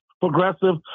progressive